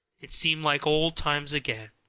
it seemed like old times again,